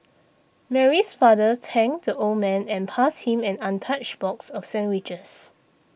Mary's father thanked the old man and passed him an untouched box of sandwiches